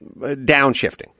downshifting